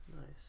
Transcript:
Nice